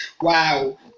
Wow